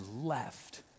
left